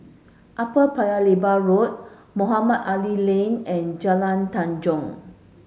Upper Paya Lebar Road Mohamed Ali Lane and Jalan Tanjong